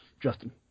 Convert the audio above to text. Justin